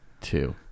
two